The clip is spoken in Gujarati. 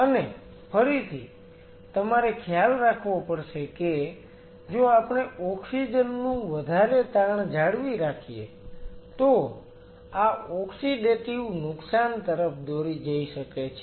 અને ફરીથી તમારે ખ્યાલ રાખવો પડશે કે જો આપણે ઓક્સિજન નું વધારે તાણ જાળવી રાખીએ તો આ ઓક્સિડેટીવ નુકસાન તરફ દોરી જઈ શકે છે